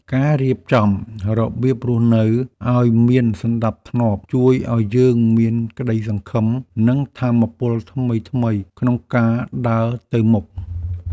ការរៀបចំរបៀបរស់នៅឱ្យមានសណ្តាប់ធ្នាប់ ជួយឱ្យយើងមានក្តីសង្ឃឹម និងថាមពលថ្មីៗក្នុងការដើរទៅមុខ។